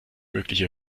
mögliche